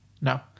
No